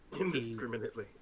indiscriminately